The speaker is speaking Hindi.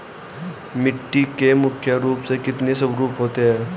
मिट्टी के मुख्य रूप से कितने स्वरूप होते हैं?